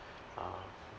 uh